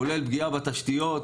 כולל פגיעה בתשתיות,